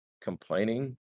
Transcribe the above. complaining